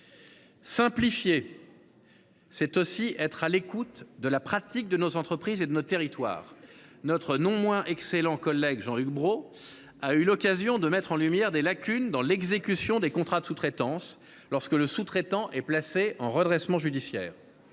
Simplifier, c’est aussi être à l’écoute de nos entreprises et de nos territoires. Jean Luc Brault a eu l’occasion de mettre en lumière des lacunes dans l’exécution des contrats de sous traitance lorsque le sous traitant est placé en redressement judiciaire.